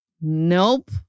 Nope